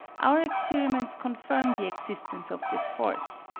our experiments confirm the existence of this force.